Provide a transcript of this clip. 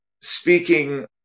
speaking